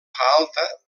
alta